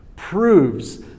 proves